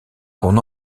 qu’on